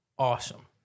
awesome